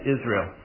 Israel